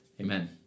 Amen